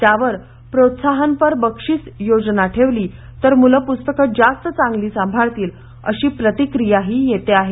त्यावर प्रोत्साहनपर बक्षीस योजना ठेवली तर मूलं पूस्तकं जास्त चांगली सांभाळतील अशि प्रतिक्रीयाही येते आहे